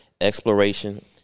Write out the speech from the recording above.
exploration